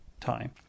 time